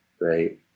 right